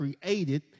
created